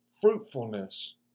fruitfulness